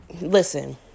Listen